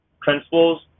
principles